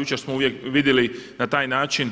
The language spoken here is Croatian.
Jučer smo vidjeli na taj način